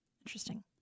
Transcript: Interesting